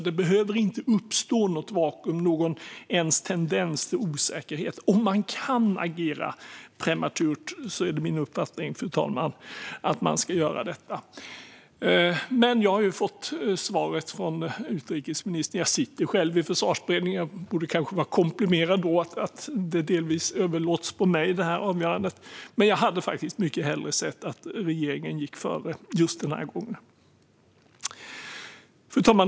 Det behöver inte uppstå något vakuum, inte ens en tendens till osäkerhet. Min uppfattning är att om man kan agera prematurt ska man göra det. Jag har dock fått svar från utrikesministern. Jag sitter själv med i Försvarsberedningen och borde kanske ta det som en komplimang att det här avgörandet delvis överlåts på mig. Men just den här gången hade jag mycket hellre sett att regeringen gick före. Fru talman!